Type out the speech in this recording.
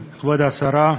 כבוד היושב-ראש,